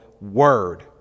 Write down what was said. word